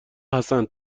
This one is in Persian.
حسن